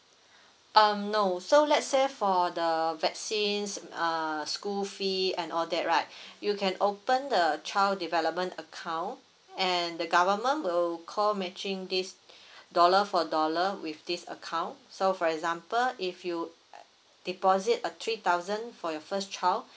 um no so let's say for the vaccines uh school fee and all that right you can open the child development account and the government will co matching this dollar for dollar with this account so for example if you uh deposit a three thousand for your first child